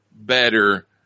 better